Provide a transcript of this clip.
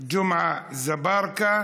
ג'מעה אזברגה.